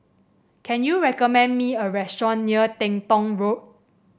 can you recommend me a restaurant near Teng Tong Road